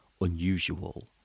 unusual